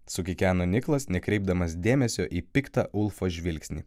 sukikeno niklas nekreipdamas dėmesio į piktą ulfo žvilgsnį